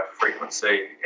frequency